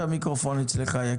צרכנים.